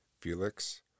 Felix